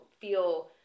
feel